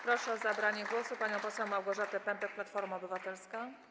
Proszę o zabranie głosu panią poseł Małgorzatę Pępek, Platforma Obywatelska.